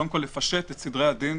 קודם כל, לפשט את סדרי הדין.